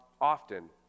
often